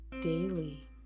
daily